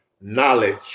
knowledge